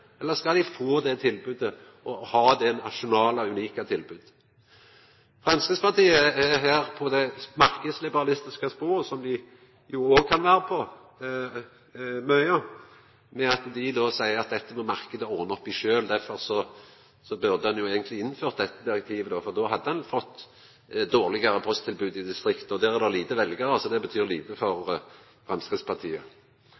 eller skal dei ha dette unike nasjonale tilbodet? Framstegspartiet er her på det marknadsliberalistiske sporet som dei òg kan vera på, for dei seier at dette må marknaden ordna opp i sjølv. Derfor burde ein eigentleg innført dette direktivet, for då hadde ein fått dårlegare posttilbod i distrikta. Der er det få veljarar, så det betyr lite